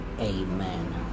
Amen